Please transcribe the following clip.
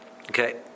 Okay